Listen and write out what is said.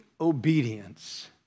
obedience